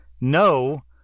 No